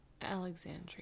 Alexandria